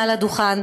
על הדוכן,